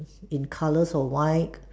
in colours of white